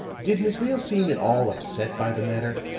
did miss vale seem at all upset by the matter?